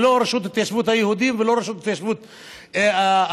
ולא רשות התיישבות היהודים ולא רשות התיישבות הגליל.